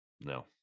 No